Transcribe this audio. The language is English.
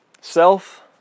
self